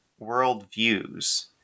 worldviews